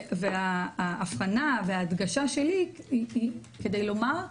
האבחנה וההגדשה שלי היא כדי לומר,